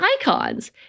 icons